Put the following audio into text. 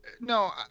No